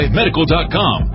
medical.com